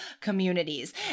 communities